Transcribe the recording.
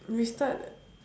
we start